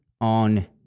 on